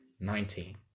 Nineteen